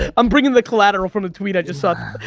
i'm bringing the collateral from the tweet i just subbed.